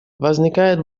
возникает